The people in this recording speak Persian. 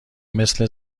مثل